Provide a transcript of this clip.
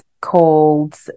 called